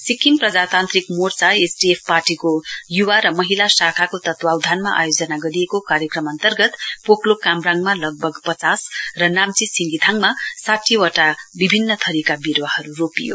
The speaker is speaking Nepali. सिक्किम प्रजातान्त्रिक मोर्चा एसडीएफ पार्टीको युवा र महिला शाखाको तत्वावधानमा आयोजना गरिएको कार्यक्रम अन्तर्गत पोकलोक कामराङमा लगभग पचास र नाम्ची सिङ्गिथाङमा साठीवटा विभिन्न थरीका विरुवाहरू रोपियो